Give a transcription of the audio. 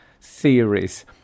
theories